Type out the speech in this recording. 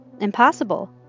Impossible